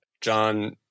John